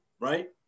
right